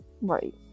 Right